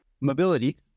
Mobility